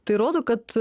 tai rodo kad